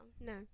No